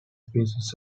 species